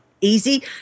easy